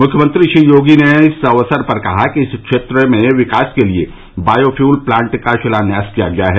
मुख्यमंत्री श्री योगी ने इस अवसर पर कहा कि इस क्षेत्र में विकास के लिए वायो फ्यूल प्लान्ट का शिलान्यास किया गया है